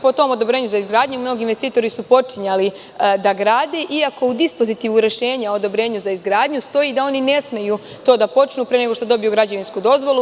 Po tom odobrenju za izgradnju mnogi investitori su počinjali da grade, iako u dispozitivu rešenja odobrenja za izgradnju stoji da oni ne smeju to da počnu pre nego što dobiju građevinsku dozvolu.